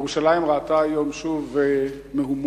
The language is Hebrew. ירושלים ראתה היום שוב מהומות